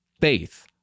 faith